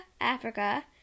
Africa